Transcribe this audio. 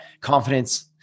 confidence